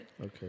Okay